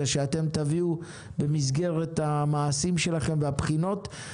שאתם תביאו במסגרת המעשים שלכם והבחינות.